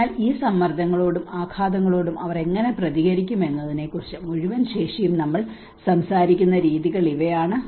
അതിനാൽ ഈ സമ്മർദ്ദങ്ങളോടും ആഘാതങ്ങളോടും അവർ എങ്ങനെ പ്രതികരിക്കും എന്നതിനെക്കുറിച്ച് മുഴുവൻ ശേഷിയും നമ്മൾ സംസാരിക്കുന്ന രീതികൾ ഇവയാണ്